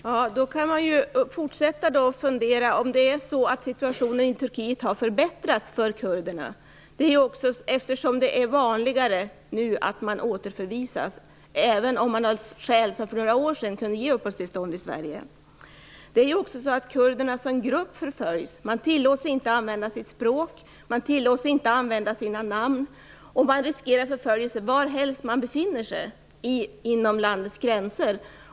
Fru talman! Man kan undra om kurdernas situation i Turkiet har förbättrats, eftersom det nu är vanligare att människor återförvisas - även om det finns skäl som för några år sedan kunde ge uppehållstillstånd i Sverige. Kurderna som grupp förföljs. Man tillåts inte använda sitt språk. Man tillåts inte använda sina namn och man riskerar förföljelse varhelst man befinner sig inom landets gränser.